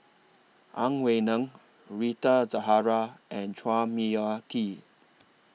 Ang Wei Neng Rita Zahara and Chua Mia Tee